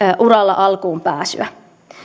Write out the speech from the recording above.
uralla alkuun pääsyä